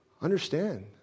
Understand